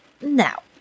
Now